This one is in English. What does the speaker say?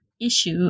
issue